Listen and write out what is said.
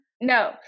No